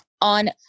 On